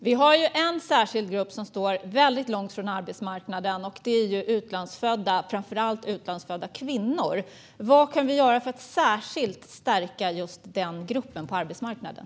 Fru talman! Vi har en särskild grupp som står väldigt långt ifrån arbetsmarknaden. Jag talar om utlandsfödda - framför allt utlandsfödda kvinnor. Vad kan vi göra för att särskilt stärka just denna grupp på arbetsmarknaden?